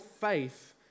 faith